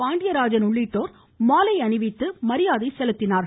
பாண்டியராஜன் உள்ளிட்டோர் மாலை அணிவித்து மரியாதை செலுத்தினர்